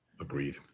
Agreed